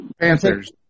Panthers